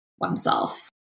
oneself